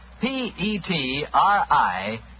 P-E-T-R-I